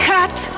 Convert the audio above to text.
Cut